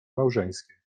małżeńskie